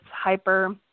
hyper